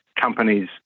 companies